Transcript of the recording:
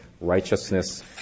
righteousness